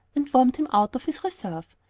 and warmed him out of his reserve.